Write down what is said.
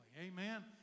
Amen